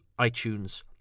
iTunes